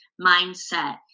mindset